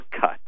cut